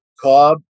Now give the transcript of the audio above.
Cobb